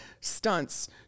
stunts